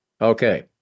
Okay